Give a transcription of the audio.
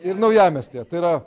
ir naujamiestyje tai yra